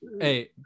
Hey